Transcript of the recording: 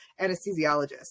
anesthesiologist